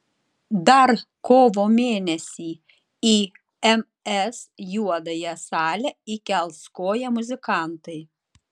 dar kovo mėnesį į ms juodąją salę įkels koją muzikantai